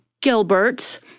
Gilbert